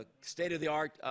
state-of-the-art